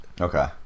okay